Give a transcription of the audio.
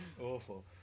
Awful